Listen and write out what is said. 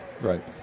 Right